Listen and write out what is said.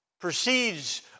proceeds